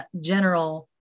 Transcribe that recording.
general